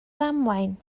ddamwain